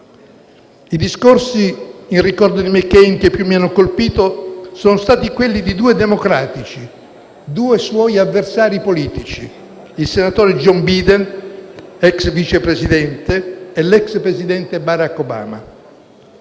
I discorsi in ricordo di McCain che più mi hanno colpito sono stati quelli di due democratici, due suoi avversari politici, il senatore Joe Biden, ex Vice Presidente, e l'ex presidente Barack Obama.